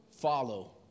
follow